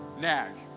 nag